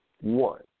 one